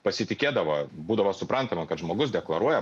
pasitikėdavo būdavo suprantama kad žmogus deklaruoja